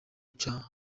cya